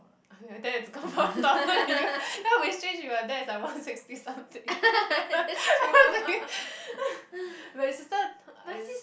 your dad is confirm taller than you that will be strange if your dad is one sixty something but your sister is